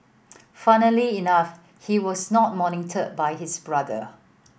funnily enough he was not mentored by his brother